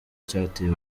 cyateye